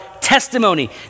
testimony